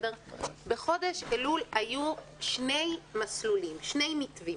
בחודש אלול היו שני מסלולים, שני מתווים.